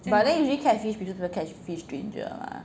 but then usually catfish people catfish stranger mah